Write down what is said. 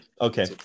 okay